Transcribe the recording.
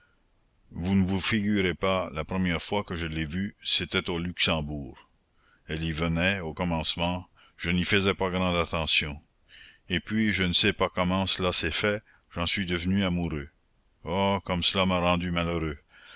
vous ne vous figurez pas la première fois que je l'ai vue c'était au luxembourg elle y venait au commencement je n'y faisais pas grande attention et puis je ne sais pas comment cela s'est fait j'en suis devenu amoureux oh comme cela m'a rendu malheureux